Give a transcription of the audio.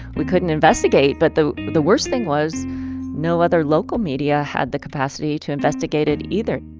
we couldn't investigate, but the the worst thing was no other local media had the capacity to investigate it either